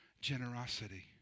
generosity